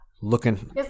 looking